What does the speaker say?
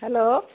hello